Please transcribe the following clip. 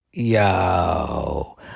Yo